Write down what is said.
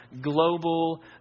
global